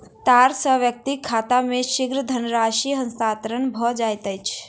तार सॅ व्यक्तिक खाता मे शीघ्र धनराशि हस्तांतरण भ जाइत अछि